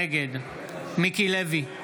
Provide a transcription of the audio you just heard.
נגד מיקי לוי,